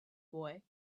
boy